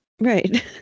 right